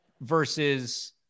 versus